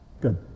Good